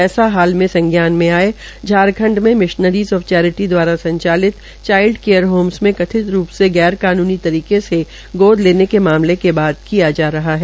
ऐसा हाल ही में संज्ञान में आये झांरखंड में मिशनरीज़ आफ चैरिटी दवारा संचालित चाईल्ड केयर होमस में कथित रूप से गैर कानूनी तरीके से गोद लेने के मामले के बाद किया जा रहा है